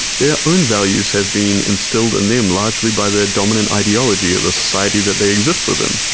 their own values have been instilled in them largely by their dominant ideology of the society that they exist within.